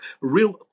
real